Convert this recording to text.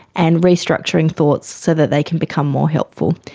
and restructuring thoughts so that they can become more helpful.